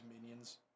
minions